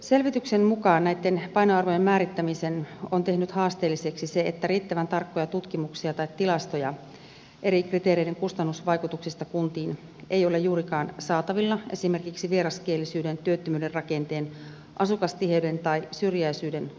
selvityksen mukaan näitten painoarvojen määrittämisen on tehnyt haasteelliseksi se että riittävän tarkkoja tutkimuksia tai tilastoja eri kriteereiden kustannusvaikutuksista kuntiin ei ole juurikaan saatavilla esimerkiksi vieraskielisyyden työttömyyden rakenteen asukastiheyden tai syrjäisyyden osalta